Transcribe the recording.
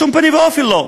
בשום פנים ואופן לא.